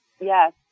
Yes